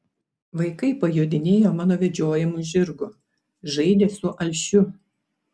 vaikai pajodinėjo mano vedžiojamu žirgu žaidė su alšiu